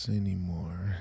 anymore